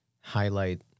highlight